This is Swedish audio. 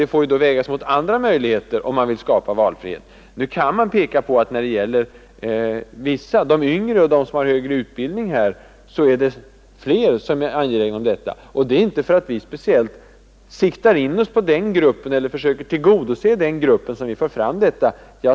Det får då vägas mot andra möjligheter, om man vill skapa valfrihet. Det kan visserligen sägas att de yngre, och de människor som har högre utbildning, i större utsträckning är angelägna om denna möjlighet till längre sammanhängande ledighet. Men vi har inte siktat in oss speciellt på den gruppen och försöker inte att tillgodose de människornas intressen enbart. Det är inte därför som vi har fört fram detta förslag.